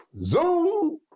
Zoom